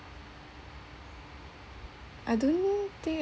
I don't think